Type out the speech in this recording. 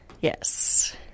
Yes